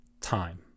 time